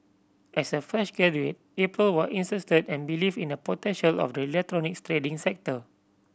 as a fresh graduate April was insisted and believed in the potential of the electronics trading sector